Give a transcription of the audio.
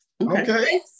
Okay